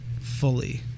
fully